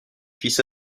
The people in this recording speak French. fils